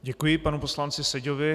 Děkuji panu poslanci Seďovi.